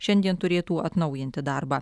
šiandien turėtų atnaujinti darbą